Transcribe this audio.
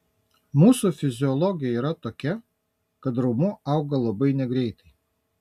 mūsų fiziologija yra tokia kad raumuo auga labai negreitai